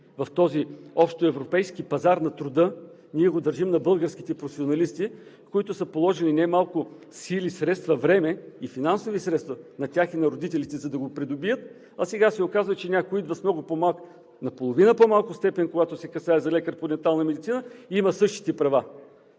в този общоевропейски пазар на труда на българските професионалисти, които са положили немалко сили, средства, време и финансови средства – на тях и на родителите, за да го придобият, а сега се оказва, че някой идва с наполовина по-малка степен, когато се касае за лекар по дентална медицина, и има същите права.